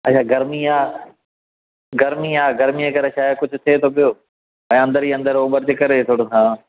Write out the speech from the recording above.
अञा गर्मी आहे गर्मी आहे गर्मीअ जे करे छाहे कुझु थिए थो पियो ऐं अंदरि ई अंदरि उमिरि जे करे थोरो हा